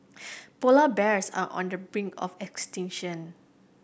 polar bears are on the brink of extinction